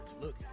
Look